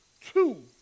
two